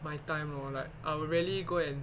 my time lor like I will rarely go and